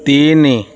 ତିନି